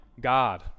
God